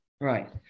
Right